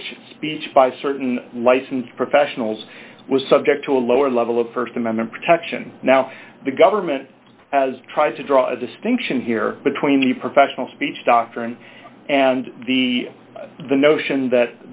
which speech by certain licensed professionals was subject to a lower level of st amendment protection now the government has tried to draw a distinction here between the professional speech doctrine and the the notion that